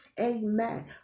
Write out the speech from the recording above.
Amen